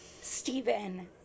Stephen